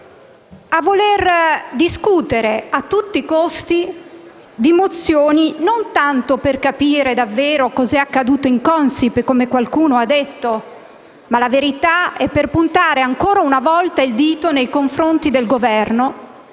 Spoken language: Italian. a voler discutere a tutti i costi di mozioni non tanto per capire davvero cos'è accaduto in Consip, come qualcuno ha detto, ma - questa è la verità - per puntare ancora una volta il dito nei confronti del Governo,